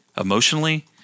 emotionally